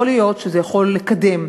יכול להיות שזה יכול לקדם,